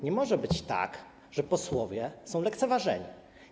Nie może być tak, że posłowie są lekceważeni.